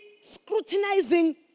scrutinizing